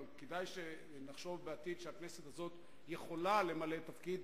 אבל כדאי שנחשוב בעתיד שהכנסת הזאת יכולה למלא תפקיד